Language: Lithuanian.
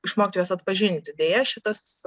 išmokti juos atpažinti deja šitas